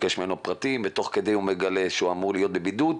לבקש ממנו פרטים ותוך כדי הוא מגלה שהוא אמור להיות בבידוד,